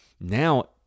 Now